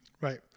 right